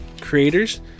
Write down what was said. creators